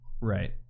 Right